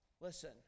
listen